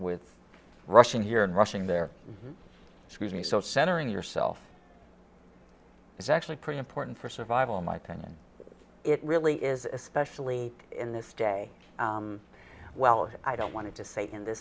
with rushing here and rushing there excuse me so centering yourself it's actually pretty important for survival in my opinion it really is especially in this day well i don't want to say in th